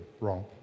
wrong